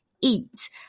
eat